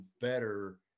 better